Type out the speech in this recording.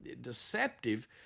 deceptive